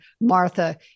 Martha